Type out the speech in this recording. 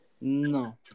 No